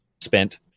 spent